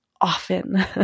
often